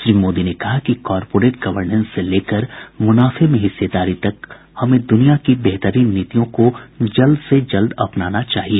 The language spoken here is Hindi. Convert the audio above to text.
श्री मोदी ने कहा कि कॉरपोरेट गवर्नेस से लेकर मुनाफे में हिस्सेदारी तक हमें दुनिया की बेहतरीन नीतियों को जल्द से जल्द अपनाना चाहिए